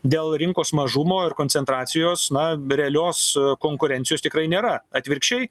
dėl rinkos mažumo ir koncentracijos na be realios konkurencijos tikrai nėra atvirkščiai